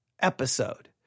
episode